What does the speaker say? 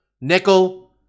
Nickel